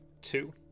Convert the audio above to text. two